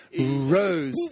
rose